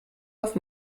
auf